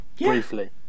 briefly